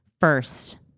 First